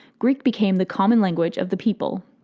greek became the common language of the people.